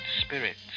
spirits